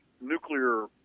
nuclear